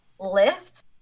lift